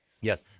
Yes